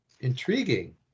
intriguing